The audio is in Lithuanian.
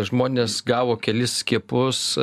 žmonės gavo kelis skiepus